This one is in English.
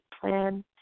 plan